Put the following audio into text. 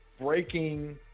breaking